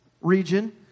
region